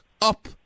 up